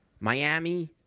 Miami